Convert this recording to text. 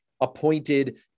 appointed